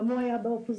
גם הוא היה באופוזיציה,